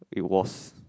it was